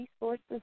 resources